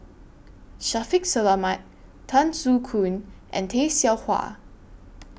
Shaffiq Selamat Tan Soo Khoon and Tay Seow Huah